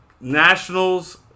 Nationals